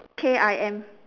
K I M